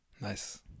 nice